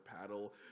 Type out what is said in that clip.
paddle